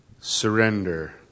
surrender